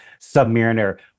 Submariner